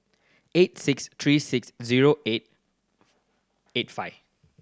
eight six three six zero eight eight five